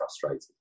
frustrated